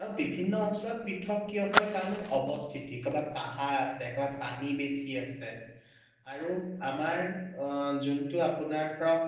আৰু বিভিন্ন অঞ্চলত পৃথক কিয় হয় কাৰণ অৱস্থিতি কৰবাত পাহাৰ আছে কৰবাত পানী বেছি আছে আৰু আমাৰ যোনটো আপোনাৰ ধৰক